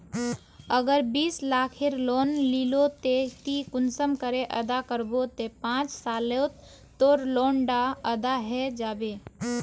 अगर बीस लाखेर लोन लिलो ते ती कुंसम करे अदा करबो ते पाँच सालोत तोर लोन डा अदा है जाबे?